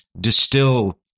distill